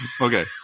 Okay